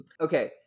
Okay